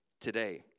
today